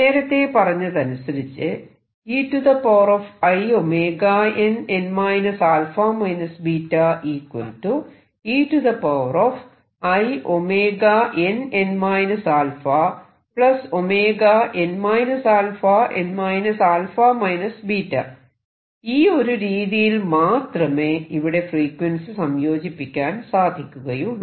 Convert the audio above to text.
നേരത്തെ പറഞ്ഞതനുസരിച്ച് ഈ ഒരു രീതിയിൽ മാത്രമേ ഇവിടെ ഫ്രീക്വൻസി സംയോജിപ്പിക്കാൻ സാധിക്കുകയുള്ളൂ